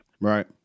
Right